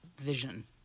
vision